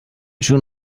schon